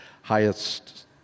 highest